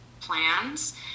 plans